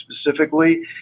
specifically